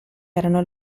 erano